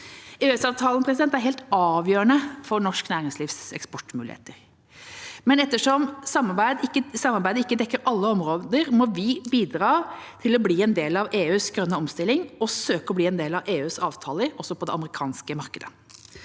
EØS-avtalen er helt avgjørende for norsk næringslivs eksportmuligheter, men ettersom samarbeidet ikke dekker alle områder, må vi bidra til å bli en del av EUs grønne omstilling og søke å bli en del av EUs avtaler, også på det amerikanske markedet.